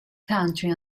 country